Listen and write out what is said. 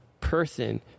person